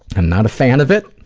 i'm not a fan of it.